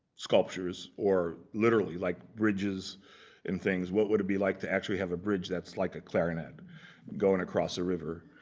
sculptures or literally, like bridges and things. what would it be like to actually have a bridge that's like a clarinet going across a river?